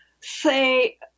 say